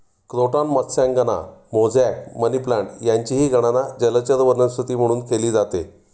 croton मत्स्यांगना, mosaic, money plant यांचीही गणना जलचर वनस्पती म्हणून केली जाते